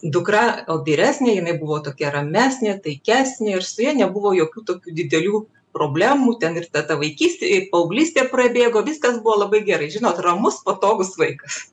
dukra o vyresnė jinai buvo tokia ramesnė taikesnė ir su ja nebuvo jokių tokių didelių problemų ten ir ta ta vaikystė ir paauglystė prabėgo viskas buvo labai gerai žinot ramus patogus vaikas